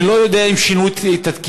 אני לא יודע אם שינו את התקינה,